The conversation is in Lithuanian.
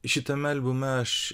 šitame albume aš